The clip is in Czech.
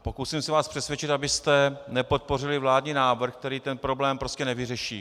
Pokusím se vás přesvědčit, abyste nepodpořili vládní návrh, který tento problém prostě nevyřeší.